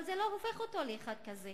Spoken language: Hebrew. אבל זה לא הופך אותו לאחד כזה.